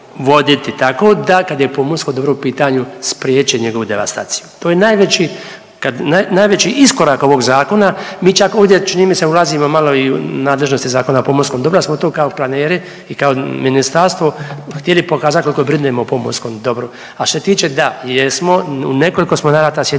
tako da kad je pomorsko dobro u pitanju spriječe njegovu devastaciju. To je najveći iskorak ovog zakona. Mi čak ovdje čini mi se ulazimo malo i u nadležnosti Zakona o pomorskom dobru, ali smo to kao planeri i kao ministarstvo htjeli pokazati koliko brinemo o pomorskom dobru. A što se tiče da, jesmo u nekoliko smo navrata sjedili